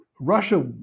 Russia